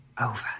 over